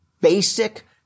basic